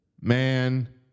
man